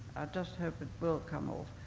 just hope it will come off,